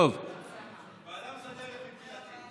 ועדה מסדרת, מבחינתי.